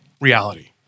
reality